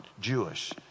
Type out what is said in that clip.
Jewish